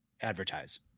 advertise